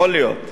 יכול להיות.